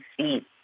see